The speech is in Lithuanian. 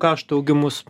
kaštų augimus